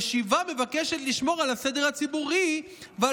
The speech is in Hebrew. המשיבה מבקשת לשמור על הסדר הציבורי ועל